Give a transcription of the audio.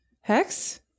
Hex